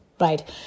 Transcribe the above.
right